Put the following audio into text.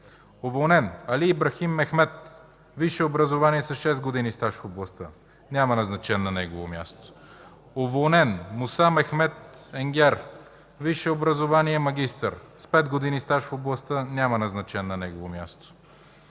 Уволнен: Али Ибрахим Мехмед. Висше образование с шест години стаж в областта. Няма назначен на негово място. Уволнен: Муса Мехмед Енгер. Висше образование, магистър, с пет години стаж в областта, няма назначен на негово място.